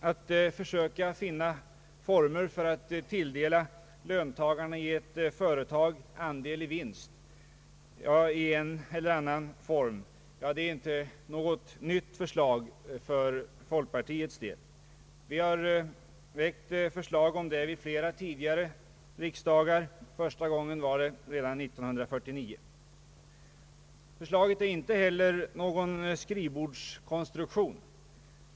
Att söka finna former för att ge löntagarna i ett företag andel av vinsten i en eller annan form är inte någon ny tanke för folkpartiets del. Vi har väckt förslag om detta vid flera tidigare riksdagar, första gången redan 1949. Förslaget är inte heller någon skrivbordskonstruktion.